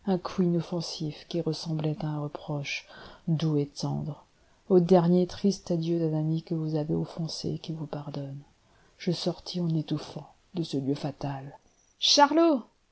inoffensif qui ressemblait à un reproche doux et tendre au dernier et triste adieu d'un ami que vous avez offensé et qui vous pardonne je sortis en étouffant de ce lieu fatal charlot charlot